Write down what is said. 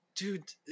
Dude